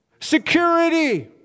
security